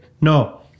No